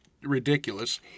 ridiculous